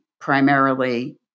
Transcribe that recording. primarily